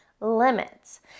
limits